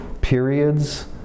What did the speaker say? periods